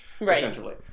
Essentially